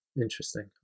interesting